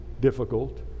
difficult